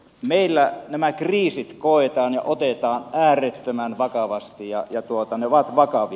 meillä nämä kriisit koetaan ja otetaan äärettömän vakavasti ja ne ovat vakavia